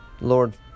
Lord